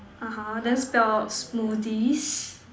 (uh huh) then spelled smoothies